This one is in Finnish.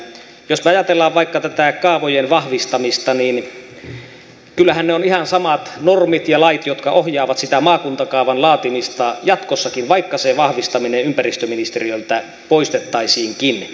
jos me ajattelemme vaikka tätä kaavojen vahvistamista niin kyllähän ne ovat ihan samat normit ja lait jotka ohjaavat sitä maakuntakaavan laatimista jatkossakin vaikka se vahvistaminen ympäristöministeriöltä poistettaisiinkin